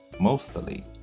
Mostly